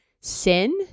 sin